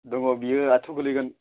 दङ बियो आदस' गोलैगोन